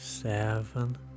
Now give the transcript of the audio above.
Seven